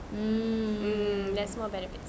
um that's more benefit